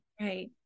right